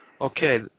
Okay